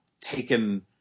taken